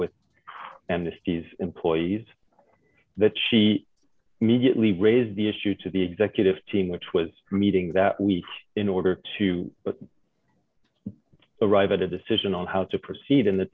with and misty's employees that she immediately raised the issue to the executive team which was meeting that week in order to arrive at a decision on how to proceed in the